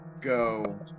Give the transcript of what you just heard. go